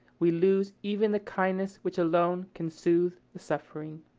we lose even the kindness which alone can soothe the suffering.